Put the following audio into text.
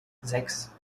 sechs